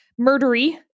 murdery